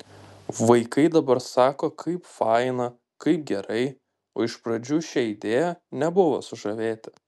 vaikai dabar sako kaip faina kaip gerai o iš pradžių šia idėja nebuvo sužavėti